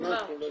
ומה.